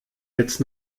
jetzt